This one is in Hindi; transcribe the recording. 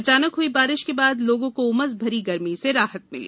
अचानक हुई बारिश के बाद लोगों को उमस भरी गर्मी से राहत मिली